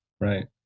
Right